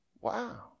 Wow